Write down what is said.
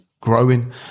growing